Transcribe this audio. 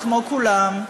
כמו כולם,